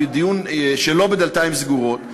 בדיון שלא בדלתיים סגורות,